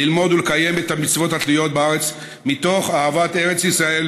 ללמוד ולקיים את המצוות התלויות בארץ מתוך אהבת ארץ ישראל